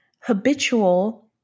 habitual